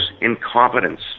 incompetence